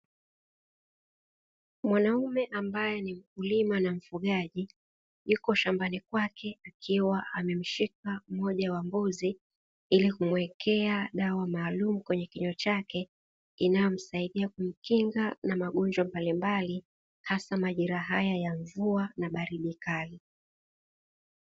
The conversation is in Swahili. Mwanaume ambae ni mkulima na mfugaji yupo shamba kwake akiwa amemshika moja wa mbuzi, ili kumuwekea dawa maalumu kwenye kinywa chake inayomsaidia kumkinga na magonjwa mbalimbali hasa majeraha ya mvua na baridi kali.